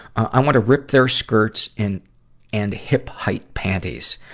i want to rip their skirts and and hip-height panties.